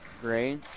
Gray